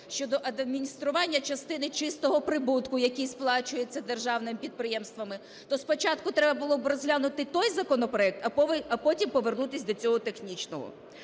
щодо адміністрування частини чистого прибутку, який сплачується державними підприємствами. То спочатку треба було б розглянути той законопроект, а потім повернутись до цього технічного.